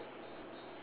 ya correct